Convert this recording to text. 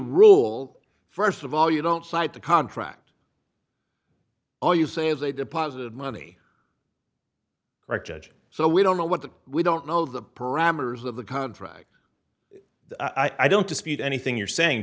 rule st of all you don't cite the contract all you say is they deposit money right judge so we don't know what we don't know the parameters of the contract i don't dispute anything you're saying